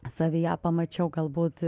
savyje pamačiau galbūt